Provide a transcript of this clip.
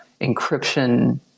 encryption